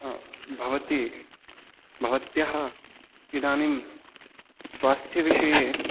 भवती भवत्याः इदानीम् स्वास्थ्यविषये